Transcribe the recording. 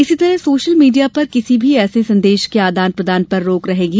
इसी तरह social media पर किसी भी ऐसे संदेश का आदान प्रदान पर रोक रहेगी